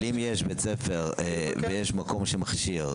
אם יש בית ספר קיים שמכשיר,